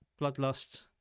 bloodlust